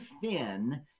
thin